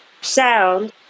sound